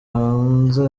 hanze